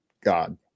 God